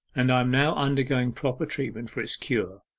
and i am now undergoing proper treatment for its cure.